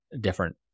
different